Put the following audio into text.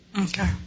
Okay